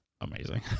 amazing